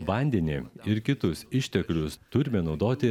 vandenį ir kitus išteklius turime naudoti